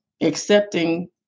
Accepting